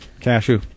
Cashew